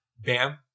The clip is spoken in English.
Bam